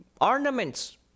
ornaments